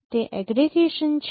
તે એગ્રેગેશન છે